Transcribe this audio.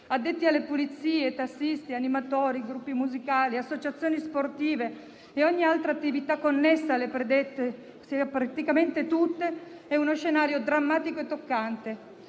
addetti alle pulizie, tassisti, animatori, gruppi musicali, associazioni sportive e ogni altra attività connessa alle predette - ossia praticamente tutte - è uno scenario drammatico e toccante.